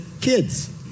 kids